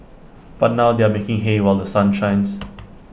but now they are making hay while The Sun shines